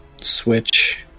switch